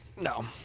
No